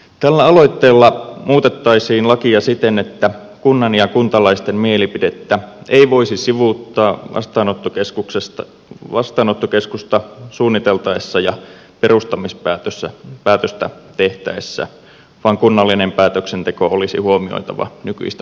tällä aloitteella muutettaisiin lakia siten että kunnan ja kuntalaisten mielipidettä ei voisi sivuuttaa vastaanottokeskusta suunniteltaessa ja perustamispäätöstä tehtäessä vaan kunnallinen päätöksenteko olisi huomioitava nykyistä paremmin